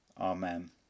Amen